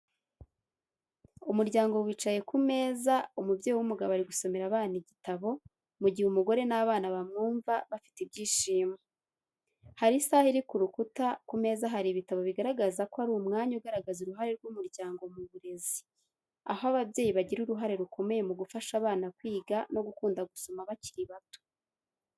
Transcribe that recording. Umuryango wicaye ku meza, umubyeyi w’umugabo ari gusomera abana igitabo, mu gihe umugore n’abana bamwumva bafite ibyishimo. Hari isaha iri ku rukuta, ku meza hari ibitabo bigaragaza ko ari umwanya ugaragaza uruhare rw’umuryango mu burezi, aho ababyeyi bagira uruhare rukomeye mu gufasha abana kwiga no gukunda gusoma bakiri bato.